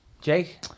Jake